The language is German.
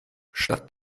statt